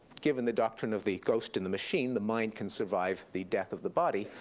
given the doctrine of the ghost in the machine, the mind can survive the death of the body,